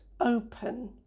open